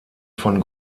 von